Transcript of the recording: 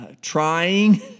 trying